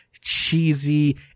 cheesy